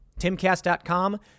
Timcast.com